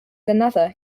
another